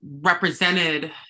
represented